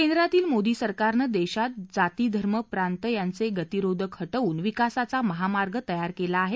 केंद्रातील मोदी सरकारने देशात जाती धर्म प्रांत यांचं गतिरोधक हटवून विकासाचा महामार्ग तयार केला आहे